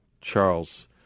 Charles